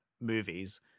movies